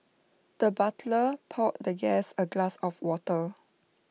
the butler poured the guest A glass of water